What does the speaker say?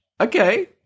okay